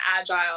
agile